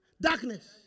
Darkness